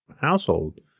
household